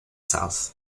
south